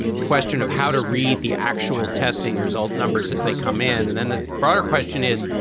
and question of how to read the actual testing result numbers as they come in. and then the broader question is,